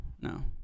No